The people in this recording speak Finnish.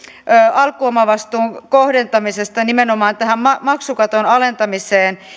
alkuomavastuun kohdentamisesta nimenomaan tähän maksukaton alentamiseen